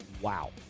Wow